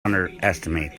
underestimate